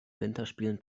winterspielen